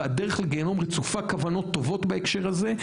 והדרך לגיהינום רצופה כוונות טובות בהקשר הזה,